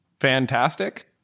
Fantastic